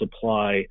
supply